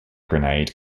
grenade